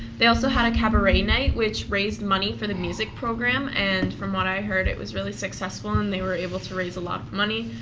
they also had a cabaret night not, which raised money for the music program. and from what i heard it was really successful and they were able to raise a lot of money,